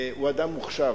הוא אדם מוכשר.